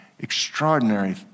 extraordinary